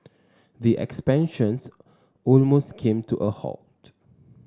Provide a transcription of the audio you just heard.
the expansions almost came to a halt